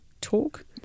talk